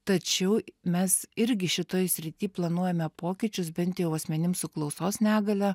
tačiau mes irgi šitoj srity planuojame pokyčius bent jau asmenim su klausos negalia